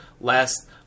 last